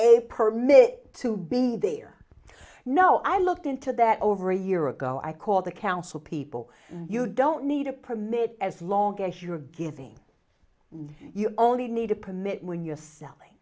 a permit to be there you know i looked into that over a year ago i called the council people you don't need a permit as long as you're giving you only need a permit when you're selling